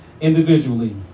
individually